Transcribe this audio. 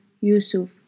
Yusuf